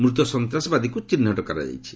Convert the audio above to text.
ମୃତ ସନ୍ତାସବାଦୀକୁ ଚିହ୍ନଟ କରାଯାଇଛି